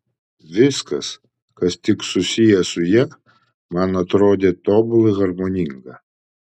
viskas kas tik susiję su ja man atrodė tobulai harmoninga